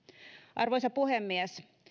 arvoisa puhemies